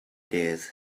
dears